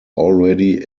already